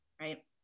right